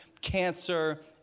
cancer